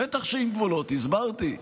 בטח שעם גבולות, הסברתי.